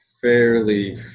fairly